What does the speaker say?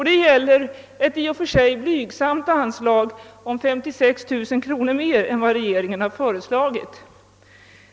Det gäller ett i och för sig blygsamt anslag på 56 000 kronor mer än vad regeringen har föreslagit.